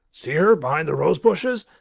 see her behind the rosebushes?